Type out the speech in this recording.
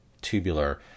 tubular